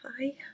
hi